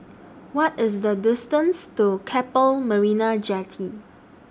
What IS The distance to Keppel Marina Jetty